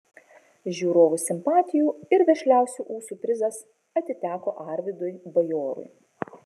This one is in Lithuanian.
žiūrovų simpatijų ir vešliausių ūsų prizas atiteko arvydui bajorui